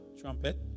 trumpet